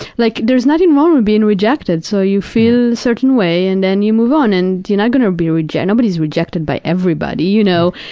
like there's nothing wrong with being rejected, so you feel a certain way and then you move on, and you're not going to be rej, and nobody's rejected by everybody, you know.